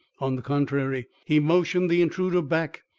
on the contrary, he motioned the intruder back,